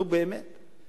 נו, באמת.